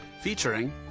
Featuring